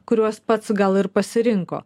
kuriuos pats gal ir pasirinko